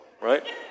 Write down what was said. right